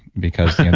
because